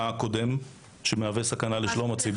הקודם שמהווה סכנה לשלום הציבור,